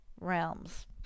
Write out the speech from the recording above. realms